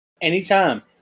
Anytime